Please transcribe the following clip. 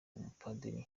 umupadiri